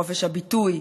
חופש הביטוי,